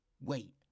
wait